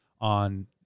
on